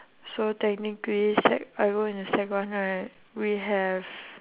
so technically sec I go into sec one right we have